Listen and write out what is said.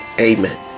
Amen